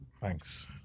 Thanks